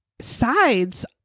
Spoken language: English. sides